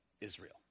Israel